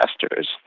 investors